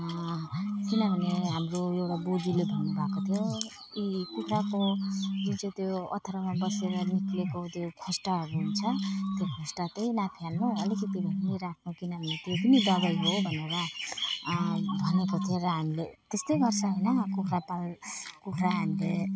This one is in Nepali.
किनभने हाम्रो एउटा बोजूले भन्नु भएको थियो कि कुखुराको जुन चाहिँ त्यो ओथ्रामा बसेर निस्केको त्यो खोस्टाहरू हुन्छ त्यो खोस्टा त नफाल्नु अलिकति भए पनि राख्नु किनभने त्यो पनि दबाई हो भनेर भनेको थियो र हामीले त्यस्तै गर्छौँ होइन कुखुराले पाल् कुखुरा हामीले